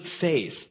faith